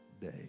day